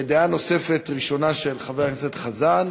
דעה נוספת ראשונה של חבר הכנסת חזן,